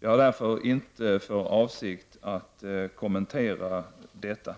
Jag har därför inte för avsikt att kommentera detta.